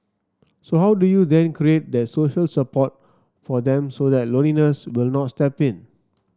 so how do you then create that social support for them so that loneliness will not step in